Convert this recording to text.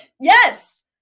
Yes